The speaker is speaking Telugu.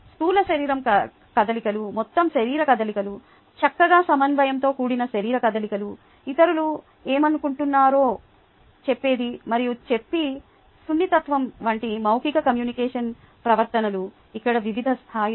స్థూల శరీర కదలికలు మొత్తం శరీర కదలికలు చక్కగా సమన్వయంతో కూడిన శరీర కదలికలు ఇతరులు ఏమనుకుంటున్నారో చెప్పేది మరియు చెప్పే సున్నితత్వం వంటి మౌకిక కమ్యూనికేషన్ ప్రవర్తనలు ఇక్కడ వివిధ స్థాయిలు